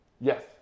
Yes